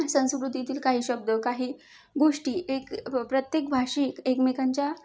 संस्कृतीतील काही शब्द काही गोष्टी एक प्रत्येक भाषिक एकमेकांच्या